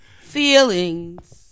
feelings